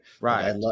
Right